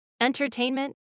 Entertainment